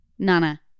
Nana